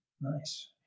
nice